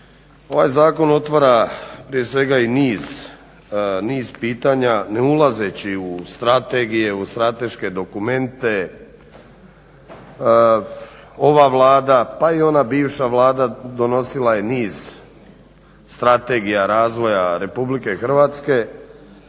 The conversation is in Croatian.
Ovaj zakon otvara prije svega i niz pitanja ne ulazeći u strategije u strateške dokumente. Ova Vlada pa i ona bivša vlada donosila je niz strategije, razvoja RH koji su